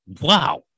Wow